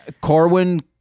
Corwin